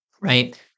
right